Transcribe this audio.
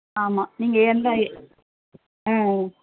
ஆமாம் நீங்கள் எந்த எ ஆ